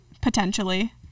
potentially